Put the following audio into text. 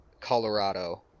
Colorado